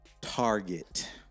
Target